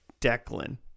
Declan